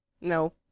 No